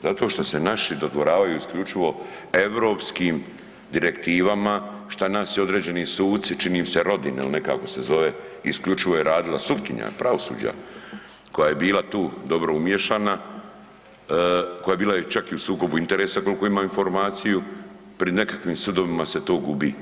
Zato što se naši dodvoravaju isključivo europskim direktivama, šta nas određeni suci, čini mi se Rodin ili nekako se zove, isključivo je radila sutkinja pravosuđa koja je bila tu dobro umiješana, koja je bila i čak u sukobu interesa, koliko imam informaciju, pri nekakvim sudovima se to gubi.